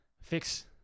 fix